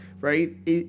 right